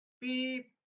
Beep